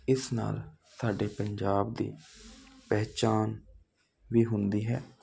ਇਸ ਨਾਲ ਸਾਡੇ ਪੰਜਾਬ ਦੀ ਪਹਿਚਾਣ ਵੀ ਹੁੰਦੀ ਹੈ